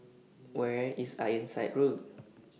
Where IS Ironside Road